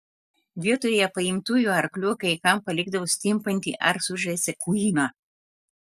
vietoje paimtųjų arklių kai kam palikdavo stimpantį ar sužeistą kuiną